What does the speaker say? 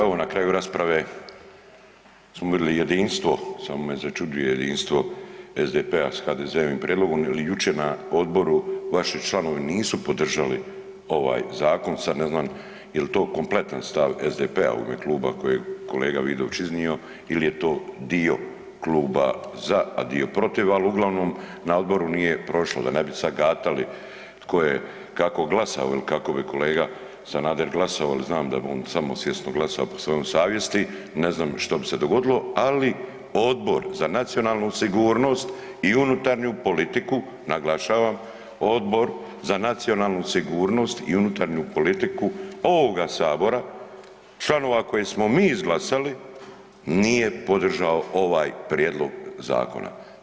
Evo na kraju rasprave smo vidjeli jedinstvo, samo me začuđuje jedinstvo SDP-a s HDZ-ovim prijedlogom jel jučer na odboru vaši članovi nisu podržali ovaj zakon, sad ne znan jel to kompletan stav SDP-a u ime kluba kojeg je kolega Vidović iznio il je to dio kluba za, a dio protiv, al uglavnom na odboru nije prošlo da ne bi sad gatali tko je kako glasao il kako bi kolega Sanader glasovao jel znam da bi on samosvjesno glasao po svojoj savjesti, ne znam što bi se dogodilo, ali Odbor za nacionalnu sigurnost i unutarnju politiku, naglašavam, Odbor za nacionalnu sigurnost i unutarnju politiku ovoga sabora, članova koje smo mi izglasali nije podržao ovaj prijedlog zakona.